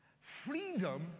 Freedom